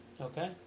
okay